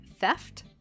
theft